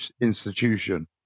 institution